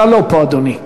אתה לא פה, אדוני.